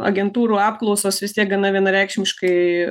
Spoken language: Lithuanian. agentūrų apklausos vis tiek gana vienareikšmiškai